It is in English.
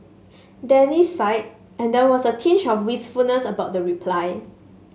Danny sighed and there was a tinge of wistfulness about the reply